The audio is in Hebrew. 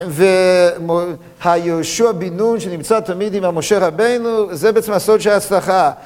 והיהושע בן-נון שנמצא תמיד עם המשה רבינו, זה בעצם הסוד של ההצלחה.